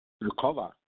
recover